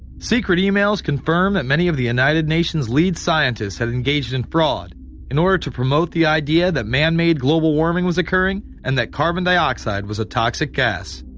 secret emails confirmed that many of the united nations' lead scientists had engaged in fraud in order to promote the idea that man-made global warming was occurring and that carbon dioxide was a toxic gas.